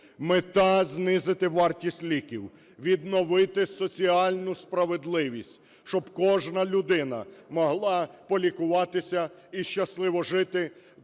Мета – знизити вартість ліків, відновити соціальну справедливість, щоб кожна людина могла полікуватися і щасливо жити. Тому що,